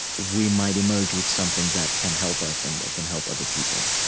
we might emerge with something that can help us and that can help other people